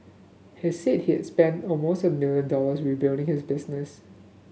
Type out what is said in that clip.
he said he had spent almost a million dollars rebuilding his business